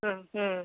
ഉം ഉം